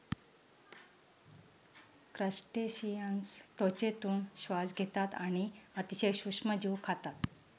crustaceans त्वचेतून श्वास घेतात आणि अतिशय सूक्ष्म जीव खातात